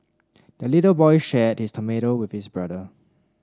the little boy shared his tomato with his brother